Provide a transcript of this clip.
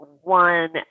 one